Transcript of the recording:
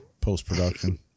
post-production